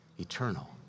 Eternal